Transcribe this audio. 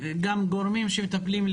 וגורמים שמטפלים,